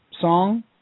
song